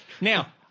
Now